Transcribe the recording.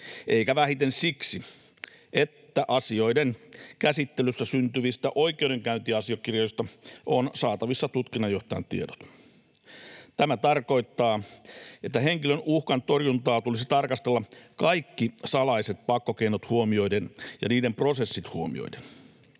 eikä vähiten siksi, että asioiden käsittelyssä syntyvistä oikeudenkäyntiasiakirjoista on saatavissa tutkinnanjohtajan tiedot. Tämä tarkoittaa, että henkilön uhkan torjuntaa tulisi tarkastella kaikki salaiset pakkokeinot huomioiden ja niiden prosessit huomioiden.